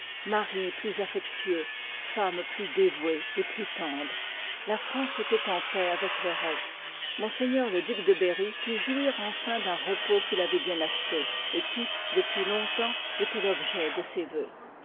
mari plus affectueux femme plus dévouée et plus igt tendre la france e'tant en paix avec feu h pirt rope mg le duc de berry put jouir enfin iv u d'un repos qu'il avoit bien acheté et qui j depuis long temps e'toit l'objet de ses vœux